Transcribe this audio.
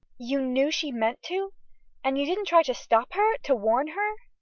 you knew she meant to and you didn't try to stop her? to warn her?